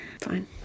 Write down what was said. Fine